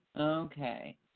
Okay